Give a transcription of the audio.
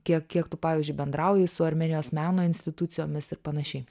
kiek kiek tu pavyzdžiui bendrauji su armėnijos meno institucijomis ir panašiai